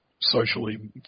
socially